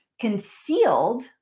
concealed